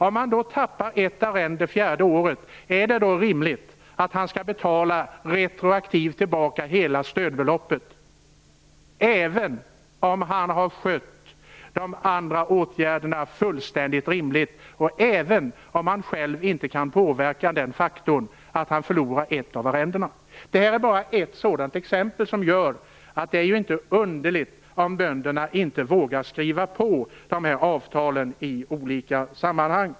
Om han tappar ett arrende fjärde året, är det rimligt att han retroaktivt skall betala tillbaka hela stödbeloppet, även om han skött de andra åtgärderna fullständigt rimligt och han själv inte kan påverka det faktum att han förlorar ett av arrendena? Det här är bara ett exempel som gör att det inte är underligt om bönderna inte vågar skriva på avtalen i olika sammanhang.